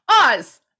Oz